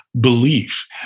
belief